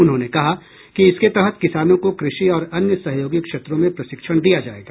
उन्होंने कहा कि इसके तहत किसानों को कृषि और अन्य सहयोगी क्षेत्रों में प्रशिक्षण दिया जायेगा